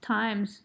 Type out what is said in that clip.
times